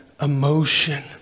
emotion